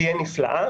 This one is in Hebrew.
תהיה נפלאה.